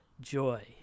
joy